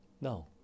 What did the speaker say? No